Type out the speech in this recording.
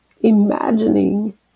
imagining